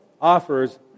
offers